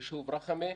ליישוב רח'מה.